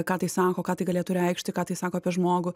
ką tai sako ką tai galėtų reikšti ką tai sako apie žmogų